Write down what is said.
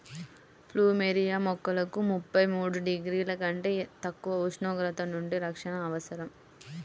plumeria మొక్కలకు ముప్పై మూడు డిగ్రీల కంటే తక్కువ ఉష్ణోగ్రతల నుండి రక్షణ అవసరం